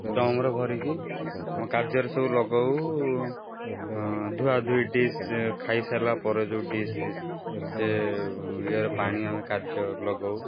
drum ରେ ଭରିକି ଆମେ କାର୍ଯ୍ୟରେ ସବୁ ଲଗଉ ଧୁଆଧୁଇ ଡିସ୍ ଖାଇ ସାରିଲା ପରେ ଯେଉଁ ଡିସ୍ ଫିସ୍ ସେ ଇଏରେ ପାଣି ଆମେ କାର୍ଯ୍ୟ ଲଗଉ